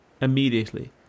immediately